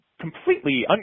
completely